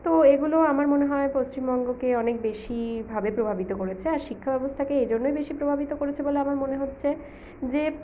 তো এগুলো আমার মনে হয় পশ্চিমবঙ্গকে অনেক বেশিভাবে প্রভাবিত করেছে আর শিক্ষাব্যবস্থাকে এই জন্যই বেশি প্রভাবিত করেছে বলে আমার মনে হচ্ছে যে